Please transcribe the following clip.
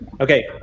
Okay